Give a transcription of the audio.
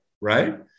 right